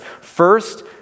First